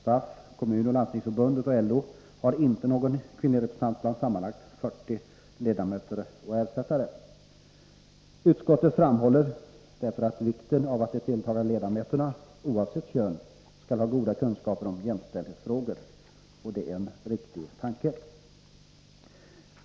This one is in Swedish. SAF, kommunoch landstingsförbunden och LO har inte någon kvinnlig representant bland sammanlagt 40 ledamöter och ersättare. Utskottet framhåller därför vikten av att deltagande ledamöter — oavsett kön — skall ha goda kunskaper om jämställdhetsfrågor. Det är en riktig tanke.